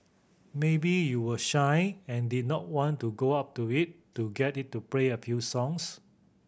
maybe you were shy and didn't want to go up to it to get it to play a few songs